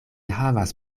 havas